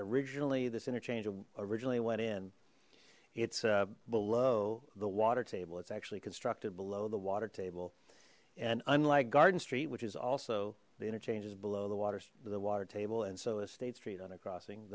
originally this interchange originally went in it's below the water table it's actually constructed below the water table and unlike garden street which is also the interchanges below the water the water table and so as state street under crossing